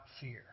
fear